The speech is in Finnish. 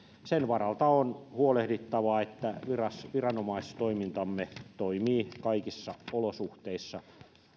sen varalta on huolehdittava että viranomaistoimintamme toimii kaikissa olosuhteissa